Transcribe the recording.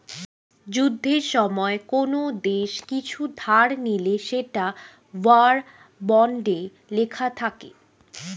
যুদ্ধের সময়ে কোন দেশ কিছু ধার নিলে সেটা ওয়ার বন্ডে লেখা থাকে